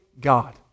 God